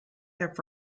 have